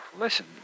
Listen